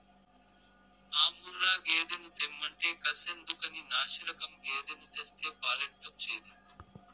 ఆ ముర్రా గేదెను తెమ్మంటే కర్సెందుకని నాశిరకం గేదెను తెస్తే పాలెట్టొచ్చేది